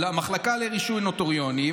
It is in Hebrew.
למחלקה לרישוי נוטריוני,